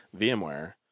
VMware